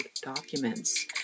documents